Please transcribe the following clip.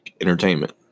Entertainment